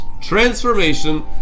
Transformation